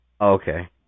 Okay